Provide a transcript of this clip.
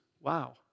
wow